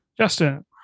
Justin